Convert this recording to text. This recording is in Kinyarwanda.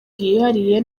bwihariye